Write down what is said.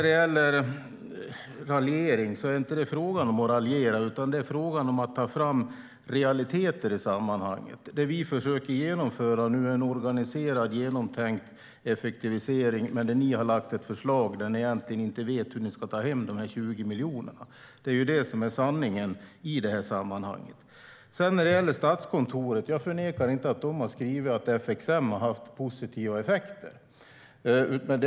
Det är inte fråga om att raljera, utan det är fråga om att ta fram realiteter. Vi försöker nu genomföra en organiserad och genomtänkt effektivisering, men ni har lagt fram ett förslag där ni egentligen inte vet hur ni ska ta hem de 20 miljonerna. Det är det som är sanningen i det sammanhanget. Jag förnekar inte att Statskontoret har skrivit att FXM har haft positiva effekter.